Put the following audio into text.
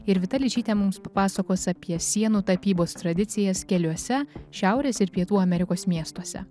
ir vita ličytė mums papasakos apie sienų tapybos tradicijas keliuose šiaurės ir pietų amerikos miestuose